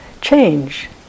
change